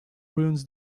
ruins